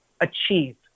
achieve